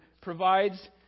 provides